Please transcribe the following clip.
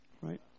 right